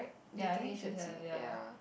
ya think it should have ya